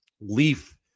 Leaf